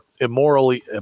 immorally